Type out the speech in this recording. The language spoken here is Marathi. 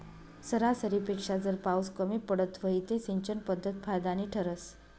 सरासरीपेक्षा जर पाउस कमी पडत व्हई ते सिंचन पध्दत फायदानी ठरस